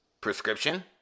Prescription